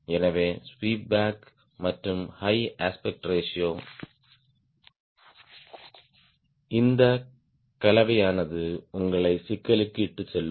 எனவே sweep back மற்றும் high aspect ratio இந்த கலவையானது உங்களை சிக்கலுக்கு இட்டுச் செல்லும்